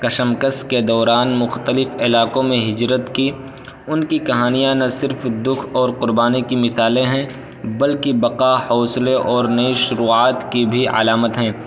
کشمکش کے دوران مختلف علاقوں میں ہجرت کی ان کی کہانیاں نہ صرف دکھ اور قربانی کی مثالیں ہیں بلکہ بقا حوصلے اور نئی شروعات کی بھی علامت ہیں